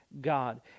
God